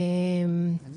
אני